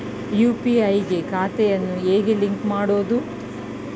UPI ಗೆ ಖಾತೆಯನ್ನು ಹೇಗೆ ಲಿಂಕ್ ಮಾಡುವುದು?